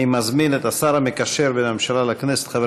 אני מזמין את השר המקשר בין הממשלה לכנסת חבר